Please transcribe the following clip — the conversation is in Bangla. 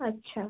আচ্ছা